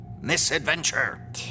misadventure